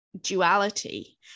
duality